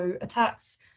attacks